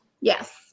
Yes